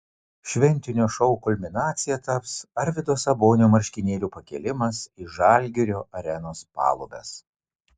šventinio šou kulminacija taps arvydo sabonio marškinėlių pakėlimas į žalgirio arenos palubes